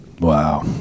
Wow